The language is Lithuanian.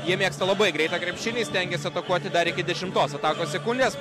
jie mėgsta labai greitą krepšinį stengiasi atakuoti dar iki dešimtos atakos sekundės